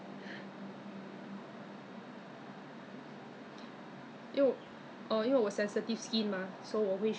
我就想 but then 你挤出来他是 very creamy very smooth 的你 apply 在 face 上之后 hor 它就变成一粒一粒东西就讲说